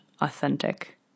authentic